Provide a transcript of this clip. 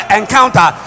encounter